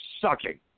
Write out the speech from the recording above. sucking